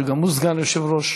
שגם הוא סגן יושב-ראש.